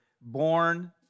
born